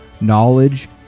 knowledge